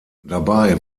dabei